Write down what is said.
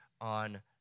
on